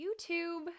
YouTube